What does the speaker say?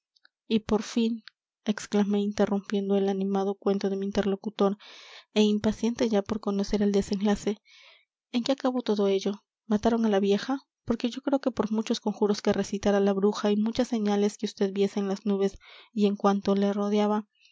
y por fin exclamé interrumpiendo el animado cuento de mi interlocutor é impaciente ya por conocer el desenlace en qué acabó todo ello mataron á la vieja porque yo creo que por muchos conjuros que recitara la bruja y muchas señales que usted viese en las nubes y en cuanto le rodeaba